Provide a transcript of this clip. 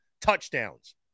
touchdowns